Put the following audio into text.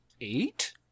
eight